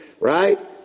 right